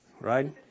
right